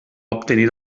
obtenir